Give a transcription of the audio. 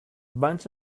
bunch